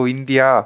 India